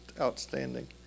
outstanding